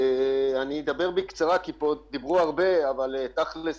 אני אדבר בקצרה כי דיברו פה הרבה אבל תכלס